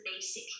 basic